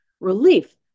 Relief